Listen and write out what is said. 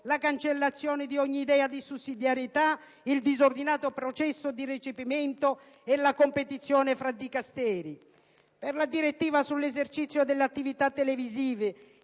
la cancellazione di ogni idea di sussidiarietà, il disordinato processo di recepimento e la competizione fra Dicasteri. Per la direttiva sull'esercizio delle attività televisive,